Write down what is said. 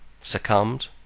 succumbed